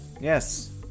Yes